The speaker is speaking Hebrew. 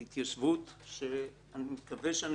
התיישבות שאני מקווה שאנשים,